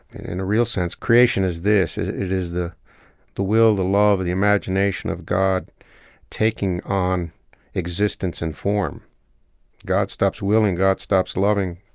in a real sense, creation is this it is the the will, the love, the imagination of god taking on existence and form. if god stops willing, god stops loving,